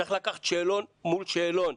צריך לקחת שאלון מול שאלון,